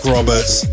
Roberts